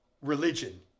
religion